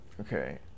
okay